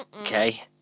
Okay